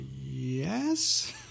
Yes